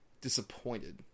disappointed